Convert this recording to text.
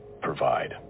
provide